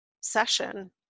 session